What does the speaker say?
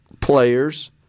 players